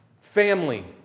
family